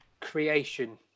Creation